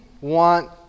want